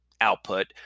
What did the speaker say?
output –